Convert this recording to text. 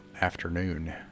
afternoon